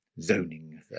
zoning